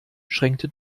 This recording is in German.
schränkte